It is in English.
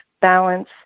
balance